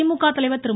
திமுக தலைவர் திரு